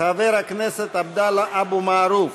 חבר הכנסת עבדאללה אבו מערוף,